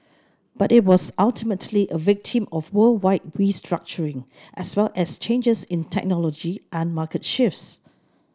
but it was ultimately a victim of worldwide restructuring as well as changes in technology and market shifts